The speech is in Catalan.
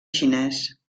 xinès